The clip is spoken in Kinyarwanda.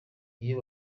iyo